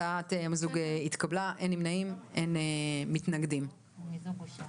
אין מתנגדים ואין נמנעים.